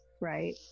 right